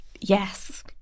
Yes